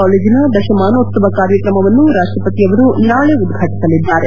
ಕಾಲೇಜಿನ ದಶಮಾನೋತ್ಸವ ಕಾರ್ಯಕ್ರಮವನ್ನು ರಾಷ್ಷಪತಿಯವರು ನಾಳೆ ಉದ್ಘಾಟಸಲಿದ್ದಾರೆ